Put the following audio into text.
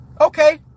okay